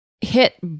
hit